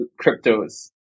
cryptos